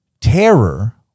terror